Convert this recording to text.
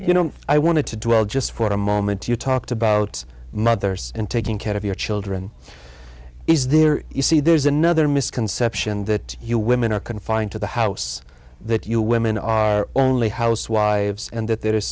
you know i want to drill just for a moment you talked about mothers and taking care of your children is there you see there's another misconception that you women are confined to the house that you women are only housewives and that there is